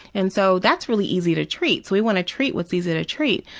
and so that's really easy to treat. so we want to treat what's easy to treat,